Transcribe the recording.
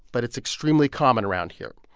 but it's extremely common around here.